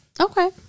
Okay